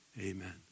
Amen